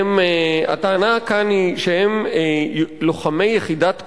הטענה כאן שהם לוחמי יחידת "קורל",